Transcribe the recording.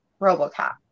Robocop